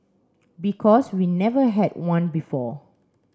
because we never had one before